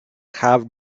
have